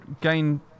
gain